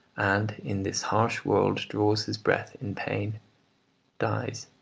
and in this harsh world draws his breath in pain dies,